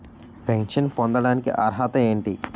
Pension పొందడానికి అర్హత ఏంటి?